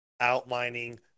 outlining